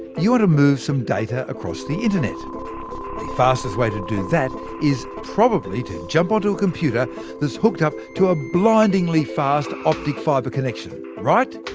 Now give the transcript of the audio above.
you want to move some data across the internet. the fastest way to do that is probably to jump onto a computer that's hooked up to a blindingly fast optic fibre connection. right?